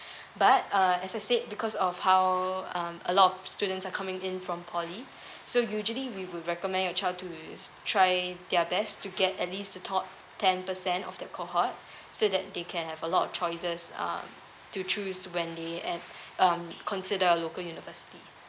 but uh as I said because of how um a lot of students are coming in from poly so usually we will recommend your child to try their best to get at least top ten percent of their cohort so that they can have a lot of choices um to choose when they at um consider a local university